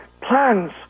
plans